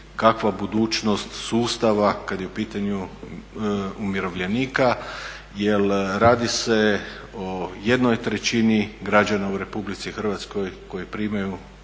kakva budućnost sustava kada je u pitanju umirovljenika jer radi se o jednoj trećini građana u RH koji primaju